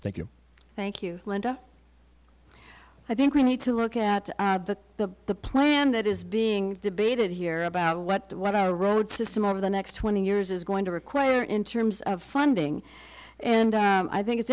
thank you thank you linda i think we need to look at the the plan that is being debated here about what what our road system over the next twenty years is going to require in terms of funding and i think it's